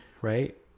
right